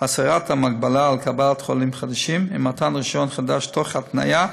הסרת המגבלה על קבלת חולים חדשים ומתן רישיון חדש תוך התניה,